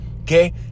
Okay